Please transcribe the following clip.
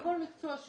בכל מקצוע זה שונה.